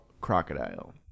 Crocodile